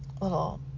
little